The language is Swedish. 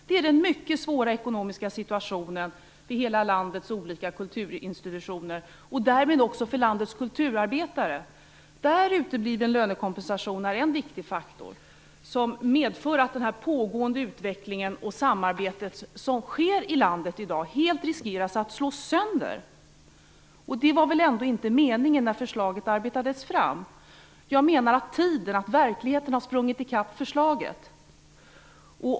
Det är den mycket svåra ekonomiska situationen vid hela landets olika kulturinstitutioner, och därmed också för landets kulturarbetare, där utebliven lönekompensation är en viktig faktor, som medför att den pågående utvecklingen och det samarbete som sker i landet i dag helt riskerar att slås sönder, och det var väl ändå inte meningen när förslaget arbetades fram. Jag menar att verkligheten har sprungit ikapp förslaget.